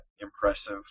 impressive